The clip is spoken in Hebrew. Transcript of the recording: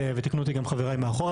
ותיקנו אותי גם חבריי מאחורה,